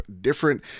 different